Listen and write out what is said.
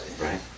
Right